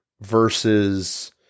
versus